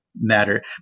matter